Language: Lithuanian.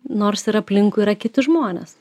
nors ir aplinkui yra kiti žmonės